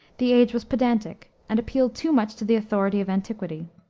the age was pedantic, and appealed too much to the authority of antiquity.